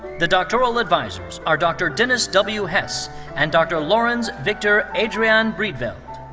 the doctoral advisers are dr. dennis w. hess and dr. lawrence victor adrian greenfeld.